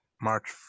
March